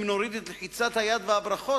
אם נוריד את לחיצת היד והברכות,